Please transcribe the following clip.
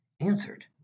answered